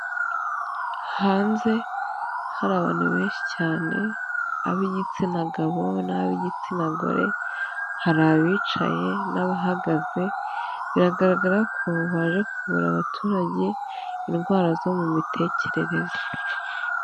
Hanze hari abantu benshi cyane ab'igitsina gabo n'ab'igitsina gore, hari abicaye n'abahagaze, biragaragara ko baje kuvura abaturage indwara zo mu mitekerereze.